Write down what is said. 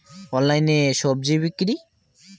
অনলাইনে স্বজি বিক্রি?